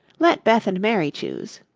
let beth and mary choose.